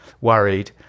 worried